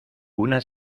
una